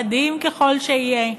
מדהים ככל שיהיה,